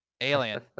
Alien